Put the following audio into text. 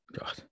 God